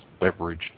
leverage